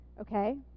Okay